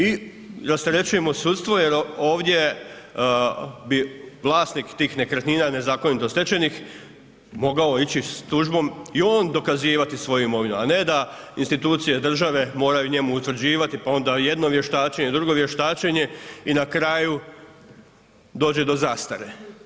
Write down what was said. I rasterećujemo sudstvo jer ovdje bi vlasnik tih nekretnina, nezakonito stečenih mogao ići s tužbom i on dokazivati svoju imovinu, a ne da institucije države moraju njemu utvrđivati, pa onda jedno vještačenje, drugo vještačenje i na kraju dođe do zastare.